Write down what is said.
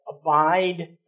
Abide